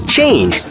Change